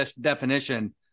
definition